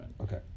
Okay